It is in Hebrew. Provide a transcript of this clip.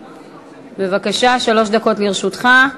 בבקשה, שלוש דקות לרשותך.